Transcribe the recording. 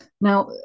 Now